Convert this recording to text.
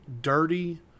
dirty